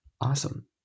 Awesome